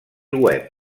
web